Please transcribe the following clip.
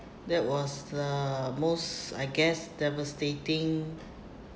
that was the most I guess devastating